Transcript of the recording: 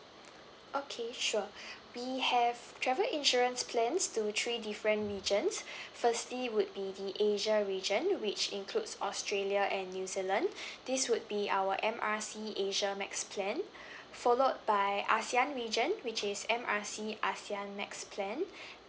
okay sure we have travel insurance plans to three different regions firstly would be the asia region which includes australia and new zealand this would be our M R C asia max plan followed by ASEAN region which is M R C ASEAN max plan